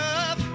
up